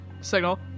signal